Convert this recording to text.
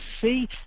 see